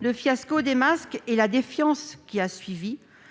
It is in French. Le fiasco des masques et la défiance qui s'en